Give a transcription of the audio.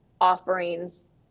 offerings